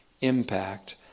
impact